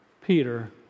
Peter